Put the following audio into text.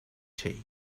tea